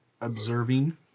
observing